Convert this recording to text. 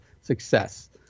success